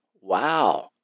wow